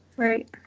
Right